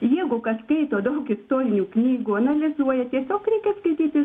jeigu kas skaito daug istorinių knygų analizuoja tiesiog reikia skaityti